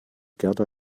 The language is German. gerda